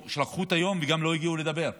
לקחו את היום, וגם לא הגיעו לדבר.